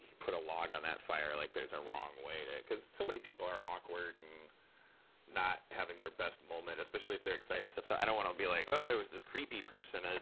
put a log on that fire. like there's a wrong way to because so many people are awkward, and not having their best moment. especially if they're excited. so so i don't want to be like, oh, there was this creepy person. and